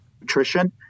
nutrition